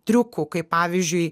triukų kai pavyzdžiui